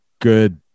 good